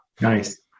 Nice